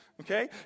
Okay